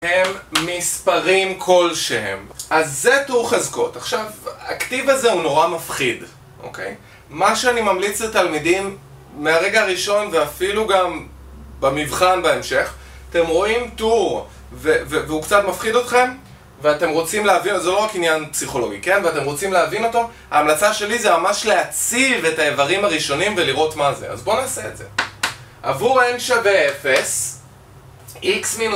הם מספרים כלשהם אז זה טור חזקות עכשיו, הכתיב הזה הוא נורא מפחיד אוקיי? מה שאני ממליץ לתלמידים מהרגע הראשון ואפילו גם במבחן בהמשך אתם רואים, טור והוא קצת מפחיד אתכם ואתם רוצים להבין, זה לא רק עניין פסיכולוגי כן? ואתם רוצים להבין אותו ההמלצה שלי זה ממש להציב את האיברים הראשונים ולראות מה זה אז בוא נעשה את זה עבור n שווה 0 x מינוס